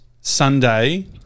Sunday